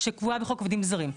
שחקוקה בחוק לעובדים זרים.